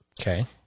Okay